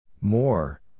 More